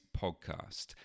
podcast